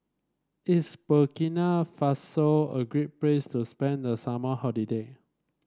is Burkina Faso a great place to spend the summer holiday